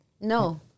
No